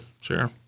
Sure